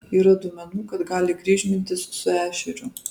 yra duomenų kad gali kryžmintis su ešeriu